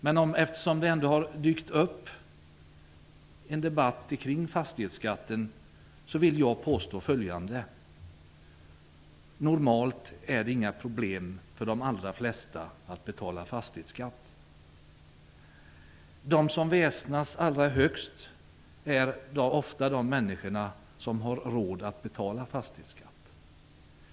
Men eftersom det nu ändå har dykt upp en debatt kring fastighetsskatten vill jag påstå följande: Normalt är det inget problem för de allra flesta att betala fastighetsskatt. De som väsnas allra högst är ofta de människor som har råd att betala fastighetsskatt.